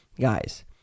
guys